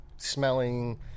smelling